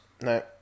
No